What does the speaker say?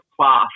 class